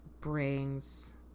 Brings